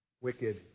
wicked